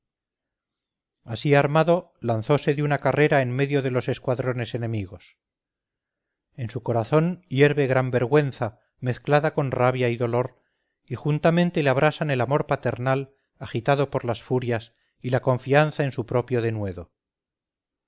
así armado lanzose de una carrera en medio de los escuadrones enemigos en su corazón hierve gran vergüenza mezclada con rabia y dolor y juntamente le abrasan el amor paternal agitado por las furias y la confianza en su propio denuedo